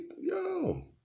yo